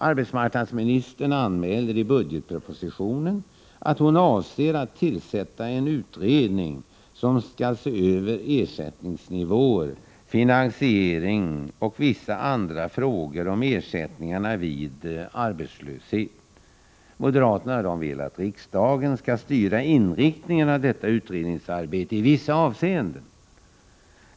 Arbetsmarknadsministern anmäler i budgetpropositionen att hon avser att tillsätta en utredning som skall se över ersättningsnivåer, finansiering och vissa andra frågor om ersättningarna vid arbetslöshet. Moderaterna vill att riksdagen skall styra inriktningen av detta utredningsarbete i vissa avseenden.